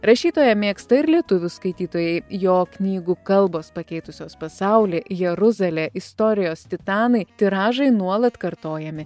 rašytoją mėgsta ir lietuvių skaitytojai jo knygų kalbos pakeitusios pasaulį jeruzalė istorijos titanai tiražai nuolat kartojami